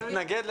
תפרידו.